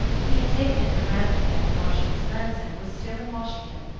he had taken it for granted that the marchioness manson was still in washington,